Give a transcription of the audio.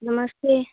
नमस्ते